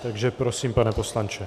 Takže prosím, pane poslanče.